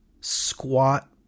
squat